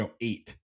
eight